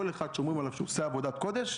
כל אחד שאומרים עליו שהוא עושה עבודת קודש,